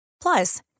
Plus